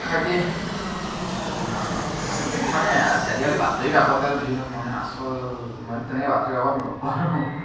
বাকী সামাজিক মানে আজিকালি বাতৰি কাকতত যি হওঁক মানে আচল মই তেনেকৈ বাতৰি কাকত নপঢ়োঁ